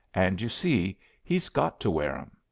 and you see he's got to wear em.